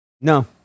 No